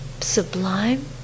sublime